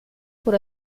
por